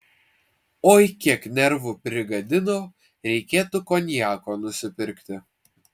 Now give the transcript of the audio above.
oi kiek nervų prigadino reikėtų konjako nusipirkti